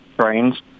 trains